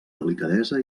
delicadesa